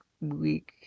week